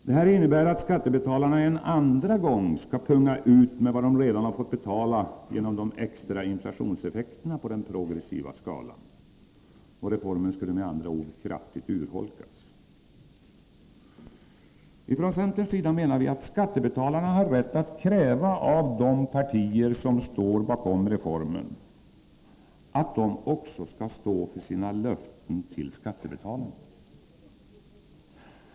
Det innebär att skattebetalarna en andra gång skall punga ut med vad de redan har fått betala genom de extra inflationseffekterna på den progressiva skalan. Reformen skulle med andra ord kraftigt urholkas. Från centerns sida menar vi att skattebetalarna har rätt att kräva att de partier som står bakom reformen också skall stå för sina löften till skattebetalarna.